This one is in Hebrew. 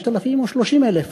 5,000 או 30,000,